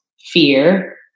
fear